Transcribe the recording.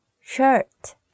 shirt